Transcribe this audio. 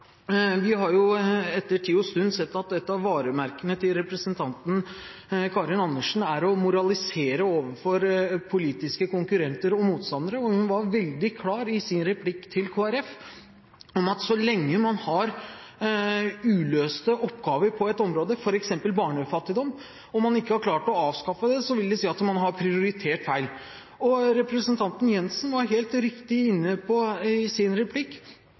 Vi har jo med tid og stunder sett at et av varemerkene til representanten Karin Andersen er å moralisere overfor politiske konkurrenter og motstandere, og hun var veldig klar i sin replikk til Kristelig Folkeparti på at så lenge man har uløste oppgaver på et område, f.eks. barnefattigdom, og man ikke har klart å avskaffe det, vil det si at man har prioritert feil. Representanten Jenssen var, helt riktig, i sin replikk